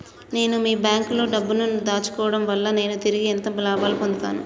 నేను మీ బ్యాంకులో డబ్బు ను దాచుకోవటం వల్ల నేను తిరిగి ఎంత లాభాలు పొందుతాను?